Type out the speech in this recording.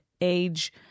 age